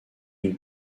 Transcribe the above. une